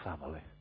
family